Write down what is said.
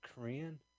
Korean